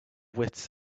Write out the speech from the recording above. wits